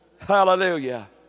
Hallelujah